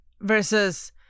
versus